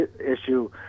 issue